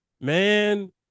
man